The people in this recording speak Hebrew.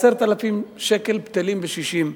10,000 שקל בטלים בשישים,